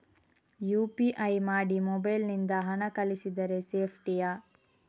UPI ಮಾಡಿ mobile ನಿಂದ ಹಣ ಕಳಿಸಿದರೆ ಸೇಪ್ಟಿಯಾ?